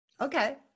Okay